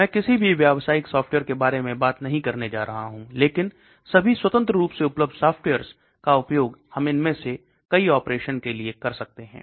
मैं किसी भी व्यावसायिक सॉफ़्टवेयर के बारे में बात नहीं करने जा रहा हूँ लेकिन सभी स्वतंत्र रूप से उपलब्ध सॉफ्टवेयर्स का उपयोग हम इनमें से कई ऑपरेशन करने के लिए कर सकते हैं